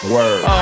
Word